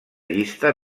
llista